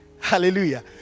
Hallelujah